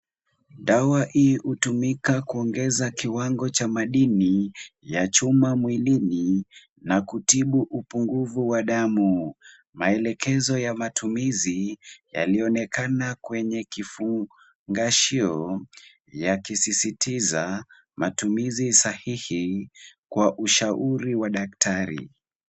Dawa hii hutumika kuongeza kiwango cha madini ya chuma mwilini na kutibu upungufu wa damu. Maelekezo ya matumizi yalionekana kwenye kifungashio yakisisitiza matumizi sahihi kwa ushauri wa daktari.